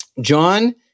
John